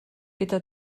gyda